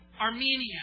Armenia